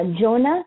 Jonah